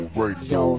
radio